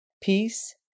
Peace